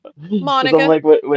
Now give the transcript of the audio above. monica